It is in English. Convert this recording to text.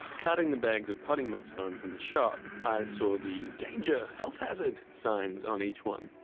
carting the bags of potting mix home from the shop, i saw the danger, health hazard signs on each one.